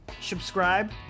subscribe